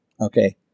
Okay